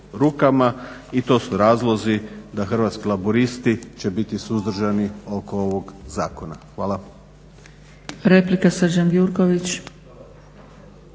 i to su razlozi da Hrvatski laburisti će biti suzdržani oko ovog zakona. Hvala.